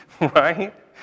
right